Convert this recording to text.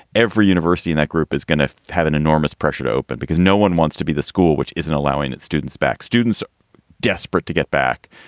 every university in that group is going to have an enormous pressure to open because no one wants to be the school, which isn't allowing its students back, students desperate to get back.